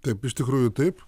taip iš tikrųjų taip